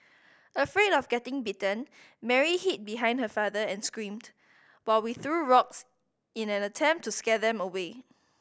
afraid of getting bitten Mary hid behind her father and screamed while we threw rocks in an attempt to scare them away